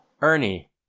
Ernie